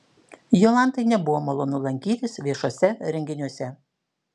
jolantai nebuvo malonu lankytis viešuose renginiuose